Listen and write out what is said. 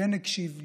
כן הקשיב לי,